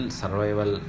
survival